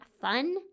fun